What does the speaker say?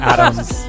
Adam's